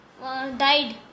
died